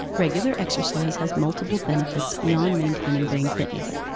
regular exercise has multiple benefits beyond maintaining brain fitness.